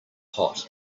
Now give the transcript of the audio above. pot